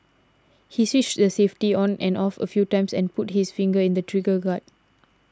he switched the safety on and off a few times and put his finger in the trigger guard